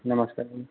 नमस्कार जी